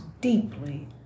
deeply